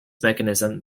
mechanism